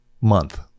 month